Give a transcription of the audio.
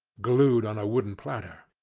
glued on a wooden platter!